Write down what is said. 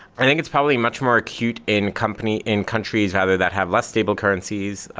i think it's probably much more acute in company in countries rather that have less stable currencies,